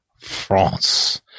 France